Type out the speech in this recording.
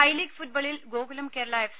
I League ഫുട്ബോളിൽ Gokulam Kerala F